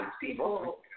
people